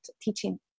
teaching